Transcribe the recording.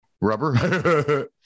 rubber